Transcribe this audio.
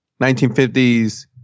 1950s